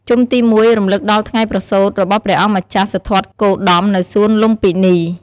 ជុំទី ១ រំលឹកដល់ ថ្ងៃប្រសូត របស់ព្រះអង្គម្ចាស់សិទ្ធត្ថគោតមនៅសួនលុម្ពិនី។